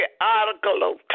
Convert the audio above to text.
article